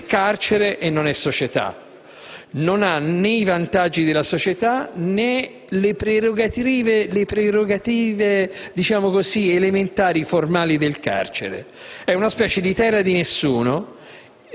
non è carcere e non è società. Non ha né i vantaggi della società, né le prerogative elementari formali del carcere; è una specie di terra di nessuno